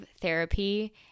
therapy